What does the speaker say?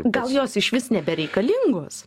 gal jos išvis nebereikalingos